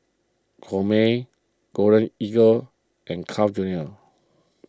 Gourmet Golden Eagle and Carl's Junior